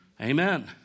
Amen